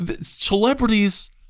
celebrities